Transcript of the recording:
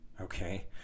okay